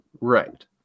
Right